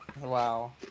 Wow